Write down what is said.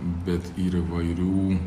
bet ir įvairių